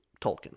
Tolkien